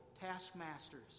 taskmasters